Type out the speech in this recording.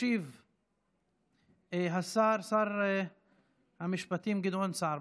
ישיב השר, שר המשפטים גדעון סער.